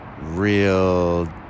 real